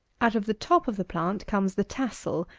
out of the top of the plant comes the tassel,